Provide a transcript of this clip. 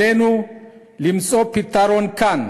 עלינו למצוא פתרון כאן